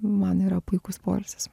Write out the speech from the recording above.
man yra puikus poilsis